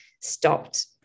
stopped